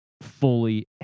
fully